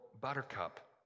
buttercup